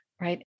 right